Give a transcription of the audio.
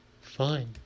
Fine